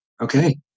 Okay